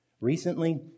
Recently